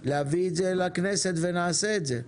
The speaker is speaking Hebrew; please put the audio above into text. להביא את זה לכנסת ונעשה את זה.